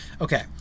Okay